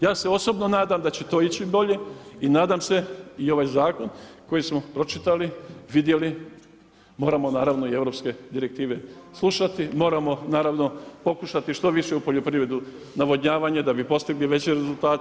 Ja se osobno nadam da će to ići bolje i nadam se i ovaj zakon koji smo pročitali, vidimo, moramo naravno i europske direktive slušati, moramo naravno pokušati što više u poljoprivredu navodnjavanje da bi postigli veće rezultate.